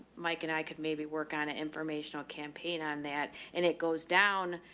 mike and i could maybe work on an informational campaign on that and it goes down,